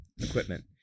equipment